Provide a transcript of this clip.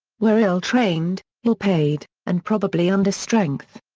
were ill-trained, ill-paid, and probably under strength.